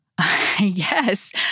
yes